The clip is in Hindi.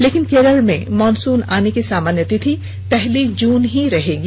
लेकिन केरल में मॉनसून आने की सामान्य तिथि पहली जून ही रहेगी